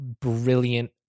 Brilliant